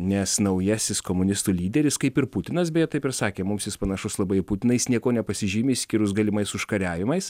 nes naujasis komunistų lyderis kaip ir putinas beje taip ir sakė mums jis panašus labai į putiną jis niekuo nepasižymi išskyrus galimais užkariavimais